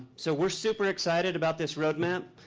so we're super excited about this roadmap.